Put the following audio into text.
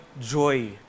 joy